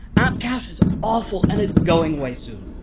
appcache is awful, and it's going away soon,